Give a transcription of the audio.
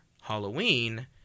Halloween